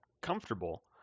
comfortable